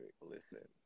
listen